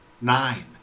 Nine